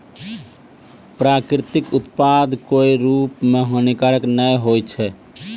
प्राकृतिक उत्पाद कोय रूप म हानिकारक नै होय छै